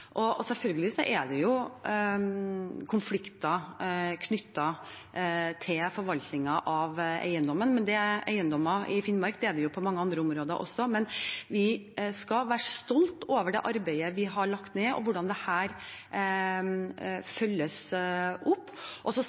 Selvfølgelig er det konflikter knyttet til forvaltingen av eiendommer i Finnmark, det er det på mange andre områder også, men vi skal være stolte over det arbeidet vi har lagt ned, og hvordan dette følges opp.